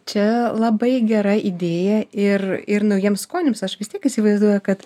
čia labai gera idėja ir ir naujiems skoniams aš vis tiek įsivaizduoju kad